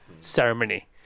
ceremony